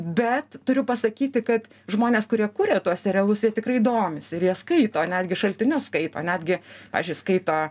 bet turiu pasakyti kad žmonės kurie kuria tuos serialus jie tikrai domisi ir jie skaito netgi šaltinius skaito netgi pavyzdžiui skaito